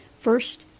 first